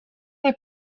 they